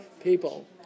people